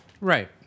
Right